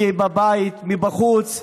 מי בבית ומי בחוץ.